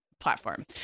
platform